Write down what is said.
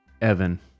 Evan